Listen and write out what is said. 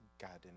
garden